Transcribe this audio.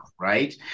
right